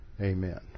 Amen